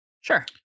Sure